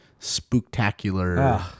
spooktacular